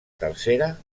tercera